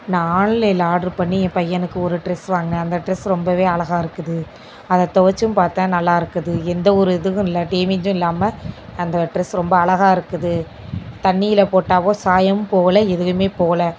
நான் ஆன்லைனில் ஆர்ட்ரு பண்ணி என் பையனுக்கு ஒரு ட்ரெஸ் வாங்கினேன் அந்த ட்ரெஸ் ரொம்ப அழகாக இருக்குது அதை துவைச்சும் பார்த்தேன் நல்லா இருக்குது எந்த ஒரு இதுவும் இல்லை டேமேஜும் இல்லாமல் அந்த ட்ரெஸ் ரொம்ப அழகாக இருக்குது தண்ணியில் போட்டாலோ சாயம் போகலை எதுலேயுமே போகலை